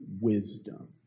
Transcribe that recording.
wisdom